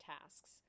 tasks